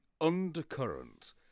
undercurrent